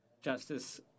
Justice